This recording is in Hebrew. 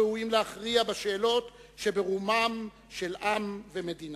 ראויים להכריע בשאלות שברומם של עם ומדינה.